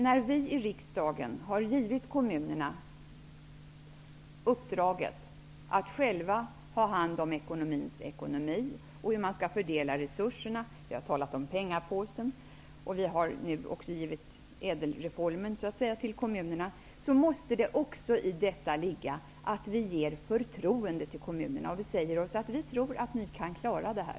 När vi i riksdagen har gett kommunerna uppdraget att själva ta hand om ekonomin och hur resurserna skall fördelas -- vi har talat om pengapåsen, som genom ÄDEL-reformen har överlåtits till kommunerna -- måste också i detta ligga att vi ger kommunerna ett förtroende. Vi skall säga att vi tror att de kan klara detta.